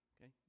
okay